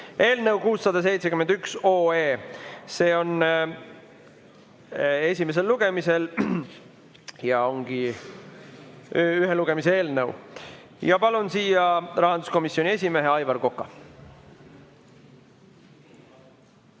eelnõu 671. See on esimesel lugemisel ja see ongi ühe lugemise eelnõu. Palun siia rahanduskomisjoni esimehe Aivar Koka.